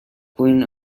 queen